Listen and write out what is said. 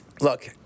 look